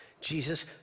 Jesus